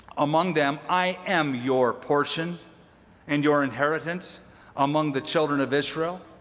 among them i am your portion and your inheritance among the children of israel.